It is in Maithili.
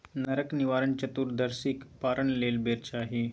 नरक निवारण चतुदर्शीक पारण लेल बेर चाही